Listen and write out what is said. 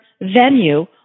venue